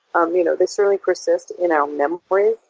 um you know they certainly persist in our memories.